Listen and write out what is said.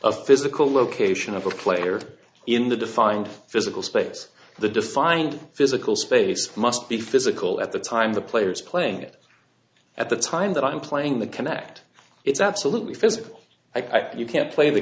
a physical location of a player in the defined physical space the defined physical space must be physical at the time the players playing it at the time that i'm playing the connect it's absolutely physical i thought you can't play the